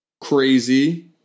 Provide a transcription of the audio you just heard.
crazy